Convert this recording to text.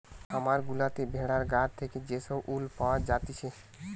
খামার গুলাতে ভেড়ার গা থেকে যে সব উল পাওয়া জাতিছে